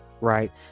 right